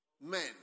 men